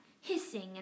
hissing